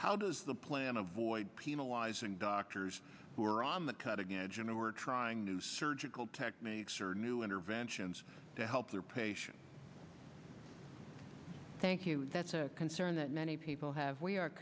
how does the plan avoid penalizing doctors who are on the cutting edge and who are trying new surgical techniques or new interventions to help their patient thank you and that's a concern that many people have we are